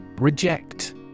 REJECT